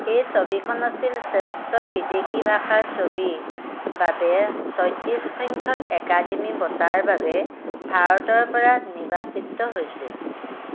এই ছবিখন আছিল শ্ৰেষ্ঠ বিদেশী ভাষাৰ ছবিৰ বাবে ছয়ত্ৰিছ সংখ্যক একাডেমী বঁটাৰ বাবে ভাৰতৰপৰা নিৰ্বাচিত হৈছিল